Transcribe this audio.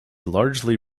largely